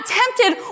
tempted